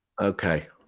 Okay